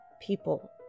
people